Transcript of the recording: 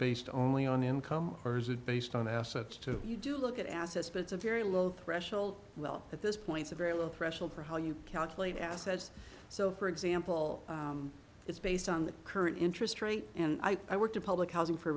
based only on income or is it based on assets to you do look at assets but it's a very low threshold well at this point a very low threshold for how you calculate assets so for example it's based on the current interest rate and i i worked in public housing for